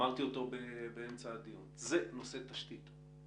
זה נושא תשתית.